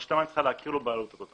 רשות המים צריכה להכיר לו בעלות הזאת.